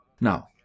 Now